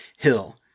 Hill